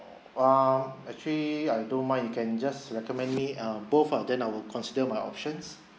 err actually I don't mind you can just recommend me uh both of them I will consider my options